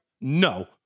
No